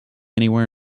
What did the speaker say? anywhere